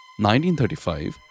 1935